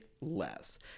less